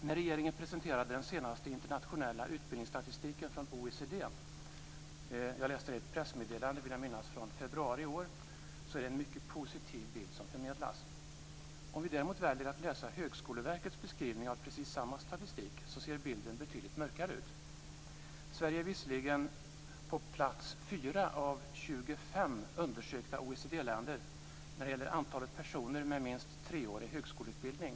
När regeringen presenterade den senaste internationella utbildningsstatistiken från OECD - jag vill minnas att jag läste det i ett pressmeddelande från februari i år - är det en mycket positiv bild som förmedlas. Om vi däremot väljer att läsa Högskoleverkets beskrivning av precis samma statistik ser bilden betydligt mörkare ut. Sverige ligger visserligen på plats 4 av 25 undersökta OECD-länder när det gäller antalet personer med minst treårig högskoleutbildning.